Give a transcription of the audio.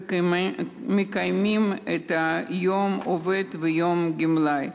ומקיימים את יום העובד ויום הגמלאי.